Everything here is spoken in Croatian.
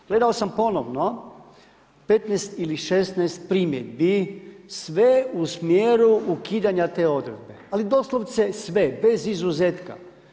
Gledao sam ponovno 15 ili 16 primjedbi, sve u smjeru ukidanja te odredbe, ali doslovce sve, bez izuzetka.